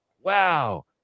wow